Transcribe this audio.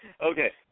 Okay